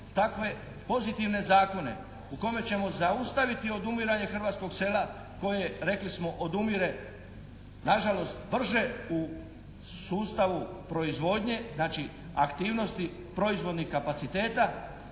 takve pozitivne zakone u kome ćemo zaustaviti odumiranje hrvatskog sela koje rekli smo odumire, na žalost brže u sustavu proizvodnje, znači aktivnosti proizvodnih kapaciteta